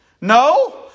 No